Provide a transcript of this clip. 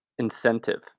Incentive